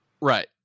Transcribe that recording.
Right